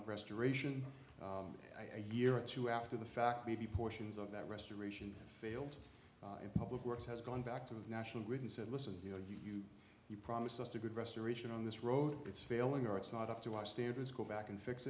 of restoration a year or two after the fact maybe portions of that restoration failed and public works has gone back to the national grid and said listen you know you you promised us to good restoration on this road it's failing or it's not up to our standards go back and fix